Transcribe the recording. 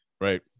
right